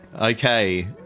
Okay